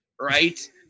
right